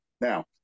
Now